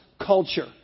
culture